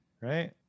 Right